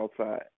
outside